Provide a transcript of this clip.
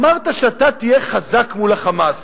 אמרת שאתה תהיה חזק מול ה"חמאס".